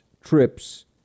trips